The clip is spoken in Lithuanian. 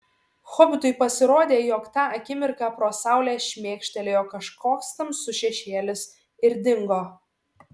hobitui pasirodė jog tą akimirką pro saulę šmėkštelėjo kažkoks tamsus šešėlis ir dingo